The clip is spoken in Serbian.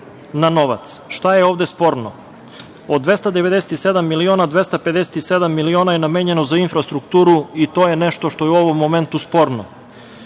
na novac. Šta je ovde sporno? Od 297 miliona, 257 miliona je namenjeno za infrastrukturu i to je nešto što je u ovom momentu sporno,